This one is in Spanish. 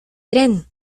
tren